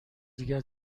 دیگر